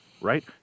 right